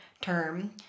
term